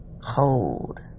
cold